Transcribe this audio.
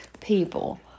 people